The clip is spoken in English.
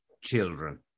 Children